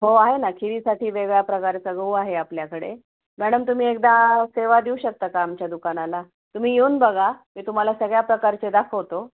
हो आहे ना खिरीसाठी वेगळ्या प्रकारचा गहू आहे आपल्याकडे मॅडम तुम्ही एकदा सेवा देऊ शकता का आमच्या दुकानाला तुम्ही येऊन बघा मी तुम्हाला सगळ्या प्रकारचे दाखवतो